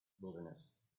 Wilderness